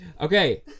Okay